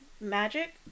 magic